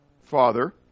Father